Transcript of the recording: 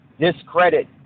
discredit